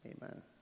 Amen